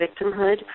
victimhood